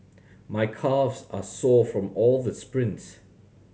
my calves are sore from all the sprints